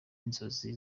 inzozi